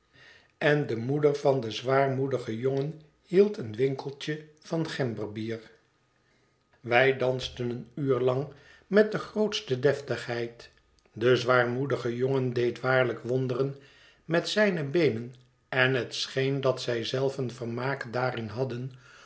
en de moeder van den zwaarmoedigen jongen hield een winkeltje van gemberbier wij dansten een uur lang met de grootste deftigheid de zwaarmoedige jongen deed waarlijk wonderen met zijne beenen en het scheen dat zij zelven vermaak daarin hadden